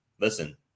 listen